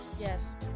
Yes